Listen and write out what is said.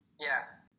Yes